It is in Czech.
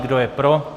Kdo je pro?